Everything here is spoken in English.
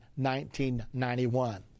1991